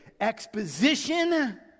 exposition